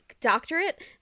doctorate